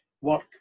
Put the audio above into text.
work